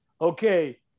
okay